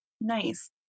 Nice